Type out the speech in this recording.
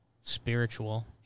Spiritual